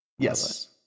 Yes